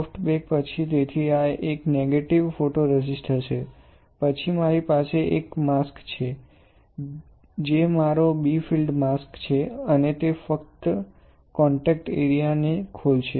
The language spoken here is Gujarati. સોફ્ટ બેક પછી તેથી આ એક નેગેટિવ ફોટોરેઝિસ્ટ હશે પછી મારી પાસે એક માસ્ક છે જે મારો b ફીલ્ડ માસ્ક છે અને તે ફક્ત કોન્ટેક્ટ ક્ષેત્ર ને ખોલશે